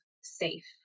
safe